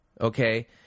okay